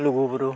ᱞᱩᱜᱩ ᱵᱩᱨᱩ